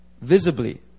visibly